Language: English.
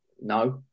No